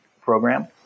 program